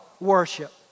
worship